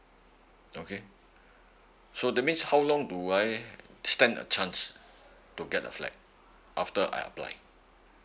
okay so that means how long do I stand a chance to get a flat after I apply